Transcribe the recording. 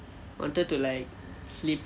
wanted to like sleep